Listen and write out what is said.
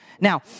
Now